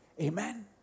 Amen